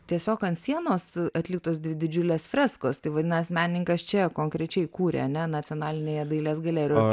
tiesiog ant sienos atliktos dvi didžiulės freskos tai vadinas menininkas čia konkrečiai kūrė ane nacionalinėje dailės galerijoje